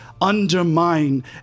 undermine